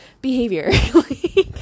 behavior